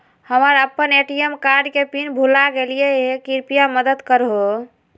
हम अप्पन ATM card के पिन भुला गेलिओ हे कृपया मदद कर हो